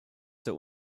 der